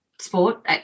sport